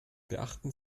beachten